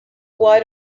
why